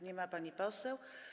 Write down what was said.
Nie ma pani poseł.